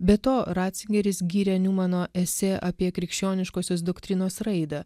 be to ratzingeris giria niumano esė apie krikščioniškosios doktrinos raidą